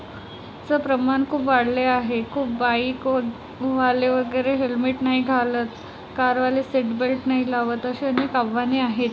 प्रमाण खूप वाढले आहे खूप बाइकवाले वगैरे हेल्मेट नाही घालत कारवाले सीट बेल्ट नाही लावत असे अनेक आव्हाने आहेत